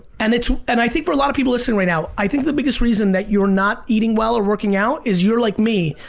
and and i think for a lot of people listening right now, i think the biggest reason that you're not eating well or working out is you're like me.